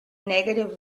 negative